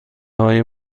های